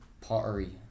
pottery